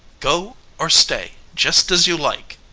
go or stay, just as you like.